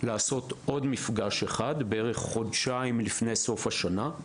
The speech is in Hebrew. לעשות עוד מפגש אחד, בערך כחודשיים לפני סוף השנה.